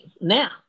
now